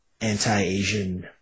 anti-Asian